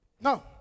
No